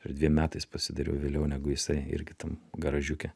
ir dviem metais pasidariau vėliau negu jisai irgi tam garažiuke